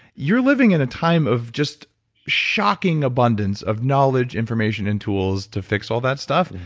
you're living in a time of just shocking abundance of knowledge, information and tools to fix all that stuff.